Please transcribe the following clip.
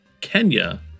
Kenya